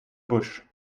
bush